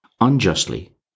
unjustly